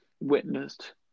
witnessed